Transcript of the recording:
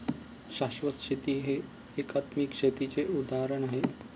शाश्वत शेती हे एकात्मिक शेतीचे उदाहरण आहे